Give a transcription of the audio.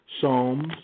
Psalms